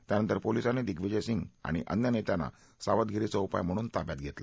त्यानंतर पोलिसांनी दिगविजयसिंग आणि अन्य नेत्यांना सावधगिरीचा उपाय म्हणून ताब्यात घेतलं